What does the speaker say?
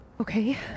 Okay